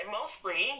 mostly